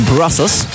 Brussels